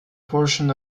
portion